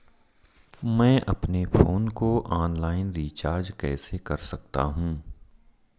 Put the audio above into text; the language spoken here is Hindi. मैं अपने फोन को ऑनलाइन रीचार्ज कैसे कर सकता हूं?